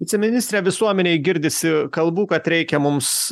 viceministre visuomenėj girdisi kalbų kad reikia mums